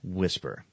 whisper